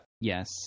Yes